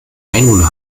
einwohner